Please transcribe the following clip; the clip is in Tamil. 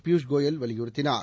பியூஷ் கோயல் வலியுறுத்தினார்